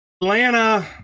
Atlanta